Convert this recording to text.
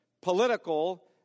political